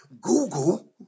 Google